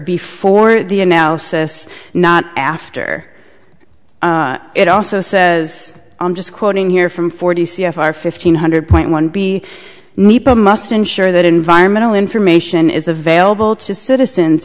before the analysis not after it also says i'm just quoting here from forty c f r fifteen hundred point one b must ensure that environmental information is available to citizens